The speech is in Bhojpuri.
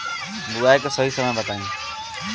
बुआई के सही समय बताई?